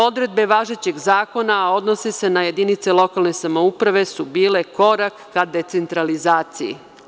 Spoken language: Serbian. Odredbe važećeg zakona odnose se na jedinice lokalne samouprave su bile korak ka decentralizaciji.